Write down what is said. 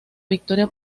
victoria